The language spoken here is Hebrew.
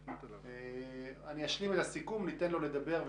אני אשלים את הסיכום ולאחר מכן ניתן לו לדבר.